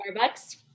Starbucks